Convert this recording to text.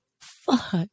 Fuck